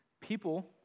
people